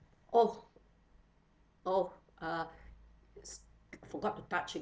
oh oh uh it's forgot to touch it